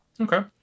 Okay